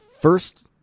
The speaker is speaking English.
first